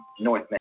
North